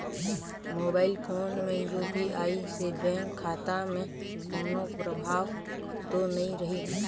Mobile phone मे UPI से bank खाता मे कोनो प्रभाव तो नइ रही?